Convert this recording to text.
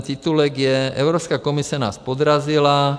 Titulek je: Evropská komise nás podrazila.